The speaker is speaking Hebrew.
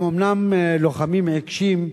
הם אומנם לוחמים עיקשים,